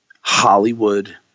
Hollywood